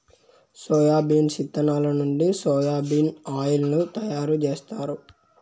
soybeans ఇత్తనాల నుంచి soya bean oil ను తయారు జేత్తారు